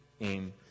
AIM